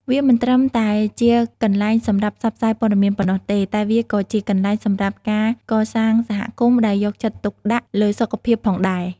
វាមិនត្រឹមតែជាកន្លែងសម្រាប់ផ្សព្វផ្សាយព័ត៌មានប៉ុណ្ណោះទេ តែវាក៏ជាកន្លែងសម្រាប់ការកសាងសហគមន៍ដែលយកចិត្តទុកដាក់លើសុខភាពផងដែរ។